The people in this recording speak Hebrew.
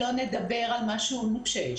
שלא נדבר על משהו נוקשה,